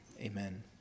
Amen